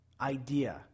idea